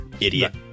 Idiot